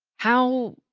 how,